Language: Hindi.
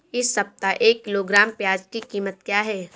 इस सप्ताह एक किलोग्राम प्याज की कीमत क्या है?